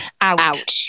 Out